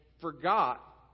forgot